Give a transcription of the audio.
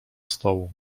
stołu